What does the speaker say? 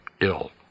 ill